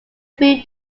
few